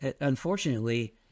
Unfortunately